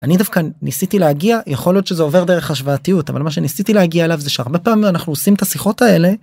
אני דווקא ניסיתי להגיע יכול להיות שזה עובר דרך השוואתיות אבל מה שניסיתי להגיע אליו זה שהרבה פעמים אנחנו עושים את השיחות האלה.